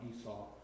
Esau